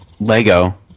Lego